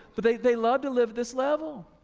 but they they love to live this level.